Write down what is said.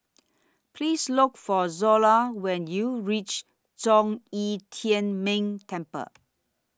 Please Look For Zola when YOU REACH Zhong Yi Tian Ming Temple